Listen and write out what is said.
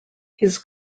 his